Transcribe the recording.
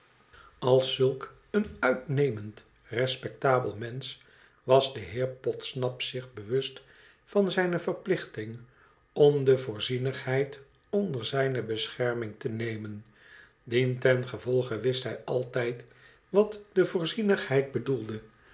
als zulk een uitnemend respectabel mensch was de heer podsnap zich bewust van zijne verplichting om de voorzienigheid onder zijne bescherming te nemen dientengevolge wist hij altijd wat de voorzienigheid bedoelde